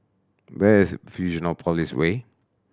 where is Fusionopolis Way